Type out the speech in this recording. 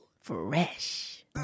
Fresh